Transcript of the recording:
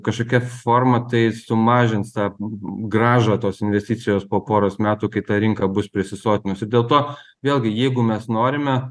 kažkokia forma tai sumažins tą grąžą tos investicijos po poros metų kai ta rinka bus prisisotinusi dėl to vėlgi jeigu mes norime